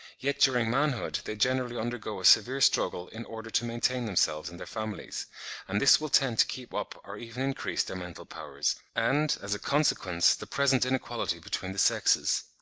yet during manhood, they generally undergo a severe struggle in order to maintain themselves and their families and this will tend to keep up or even increase their mental powers, and, as a consequence, the present inequality between the sexes.